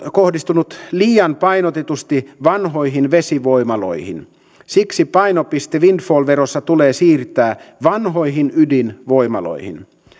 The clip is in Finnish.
kohdistunut liian painotetusti vanhoihin vesivoimaloihin siksi painopiste windfall verossa tulee siirtää vanhoihin ydinvoimaloihin